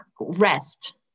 rest